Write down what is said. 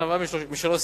נבעה משלוש סיבות: